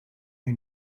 may